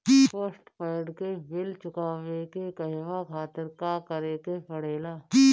Postpaid के bill चुकावे के कहवा खातिर का करे के पड़ें ला?